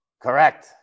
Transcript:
Correct